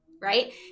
right